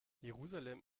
jerusalem